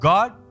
God